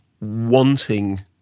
wanting